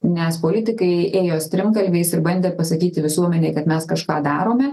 nes politikai ėjo strimgalviais ir bandė pasakyti visuomenei kad mes kažką darome